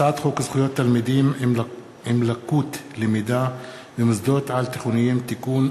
הצעת חוק זכויות תלמידים עם לקות למידה במוסדות על-תיכוניים (תיקון),